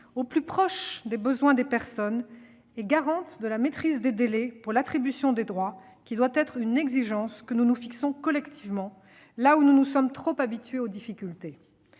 au plus proche des besoins des personnes et garantes de la maîtrise des délais pour l'attribution des droits. Cette exigence, nous devons nous la fixer collectivement, là où nous nous sommes trop habitués aux difficultés.